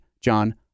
John